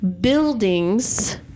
buildings